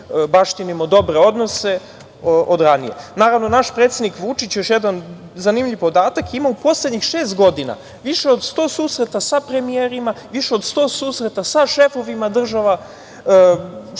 baštinimo dobre odnose od ranije. Naravno, naš predsednik Vučić, još jedan zanimljiv podatak, ima u poslednjih šest godina više od 100 susreta sa premijerima, više od 100 susreta sa šefovima država širom sveta,